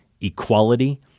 equality